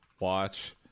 watch